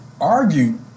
argue